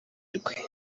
rwe